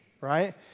right